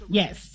yes